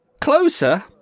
Closer